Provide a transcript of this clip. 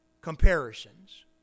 comparisons